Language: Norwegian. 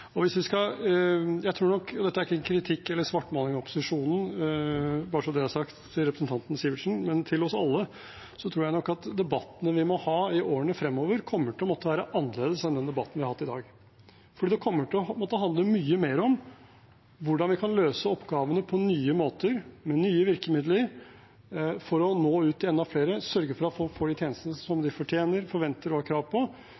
Dette er ikke en kritikk eller svartmaling av opposisjonen, bare så det er sagt til representanten Sivertsen, men til oss alle: Jeg tror nok at debattene vi må ha i årene fremover, kommer til å måtte være annerledes enn den debatten vi har hatt i dag. Det kommer til å måtte handle mye mer om hvordan vi kan løse oppgavene på nye måter, med nye virkemidler, for å nå ut til enda flere, sørge for at folk får de tjenestene som de fortjener, forventer og har krav på,